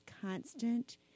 constant